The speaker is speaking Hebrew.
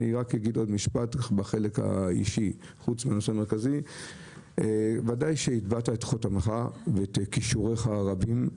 בחלק האישי, ודאי שהטבעת חותמך ואת כישוריך הרבים.